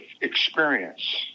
experience